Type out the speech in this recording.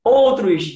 outros